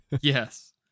Yes